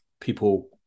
people